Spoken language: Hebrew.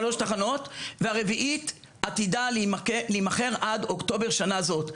שלוש תחנות והרביעית עתידה להימכר עד אוקטובר שנה זאת.